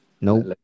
Nope